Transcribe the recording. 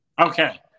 Okay